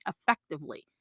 effectively